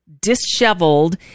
disheveled